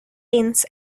teens